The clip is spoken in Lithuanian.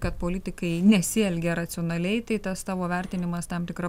kad politikai nesielgia racionaliai tai tas tavo vertinimas tam tikra